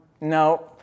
no